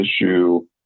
issue